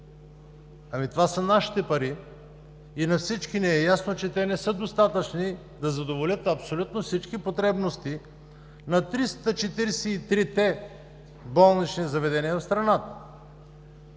Това са нашите пари и на всички е ясно, че те не са достатъчни, за да задоволят абсолютно всички потребности на 343-те болнични заведения в страната.